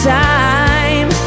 time